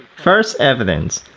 first evidence,